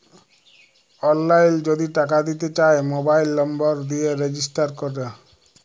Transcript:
অললাইল যদি টাকা দিতে চায় মবাইল লম্বর দিয়ে রেজিস্টার ক্যরে